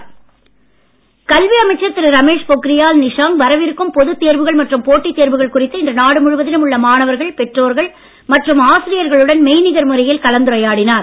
நிஷாங்க் கல்வி அமைச்சர் திரு ரமேஷ் பொக்ரியால் நிஷாங்க் வரவிருக்கும் பொது தேர்வுகள் மற்றும் போட்டித் தேர்வுகள் குறித்து இன்று நாடு முழுவதிலும் உள்ள மாணவர்கள் பெற்றோர்கள் மற்றும் ஆசிரியர்களுடன் மெய்நிகர் முறையில் கலந்துரையாடினார்